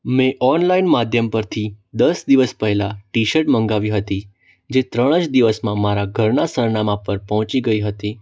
મેં ઓનલાઇન માધ્યમ પરથી દસ દિવસ પહેલાં ટી શટ મંગાવી હતી જે ત્રણ જ દિવસમાં મારાં ઘરનાં સરનામાં પર પહોંચી ગઇ હતી